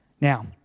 now